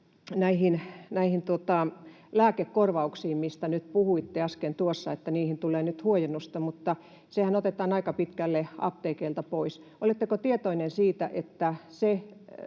lääkekorvauksiin, mistä puhuitte äsken, että niihin tulee nyt huojennusta, mutta sehän otetaan aika pitkälle apteekeilta pois. Oletteko tietoinen siitä, että se